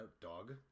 Dog